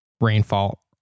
rainfall